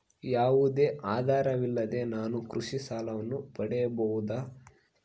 ಯಾವುದೇ ಆಧಾರವಿಲ್ಲದೆ ನಾನು ಕೃಷಿ ಸಾಲವನ್ನು ಪಡೆಯಬಹುದಾ?